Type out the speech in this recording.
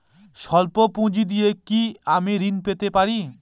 সল্প পুঁজি দিয়ে কি আমি ঋণ পেতে পারি?